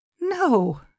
No